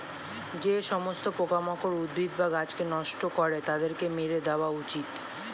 যে সমস্ত পোকামাকড় উদ্ভিদ বা গাছকে নষ্ট করে তাদেরকে মেরে দেওয়া উচিত